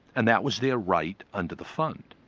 and that was their right under the fund.